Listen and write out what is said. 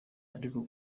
ariko